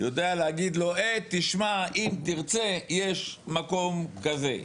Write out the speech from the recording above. יודע להגיד לו "תשמע, אם תרצה, יש מקום כזה".